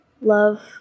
Love